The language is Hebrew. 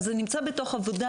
אבל זה נמצא בעבודה.